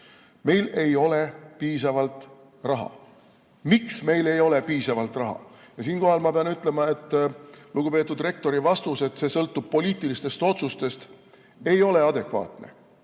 Meil ei ole piisavalt raha. Miks meil ei ole piisavalt raha? Siinkohal pean ütlema, et lugupeetud rektori vastus, et see sõltub poliitilistest otsustest, ei ole adekvaatne.